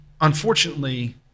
unfortunately